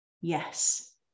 yes